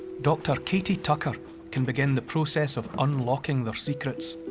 dr katie tucker can begin the process of unlocking their secrets.